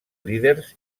líders